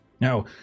Now